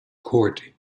court